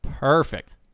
Perfect